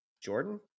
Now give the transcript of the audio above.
Jordan